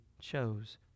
chose